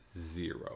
zero